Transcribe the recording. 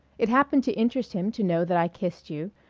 it happened to interest him to know that i kissed you,